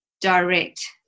direct